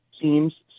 teams